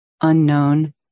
unknown